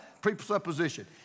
presupposition